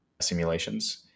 simulations